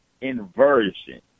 inversion